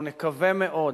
ונקווה מאוד